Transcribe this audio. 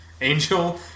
Angel